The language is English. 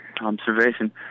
observation